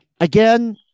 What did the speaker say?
again